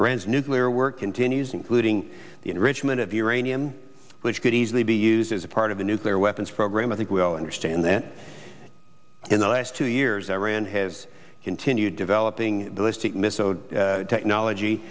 iran's nuclear work continues including the enrichment of uranium which could easily be used as part of a nuclear weapons program i think we all understand that in the last two years iran has continued developing the list technology